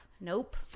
nope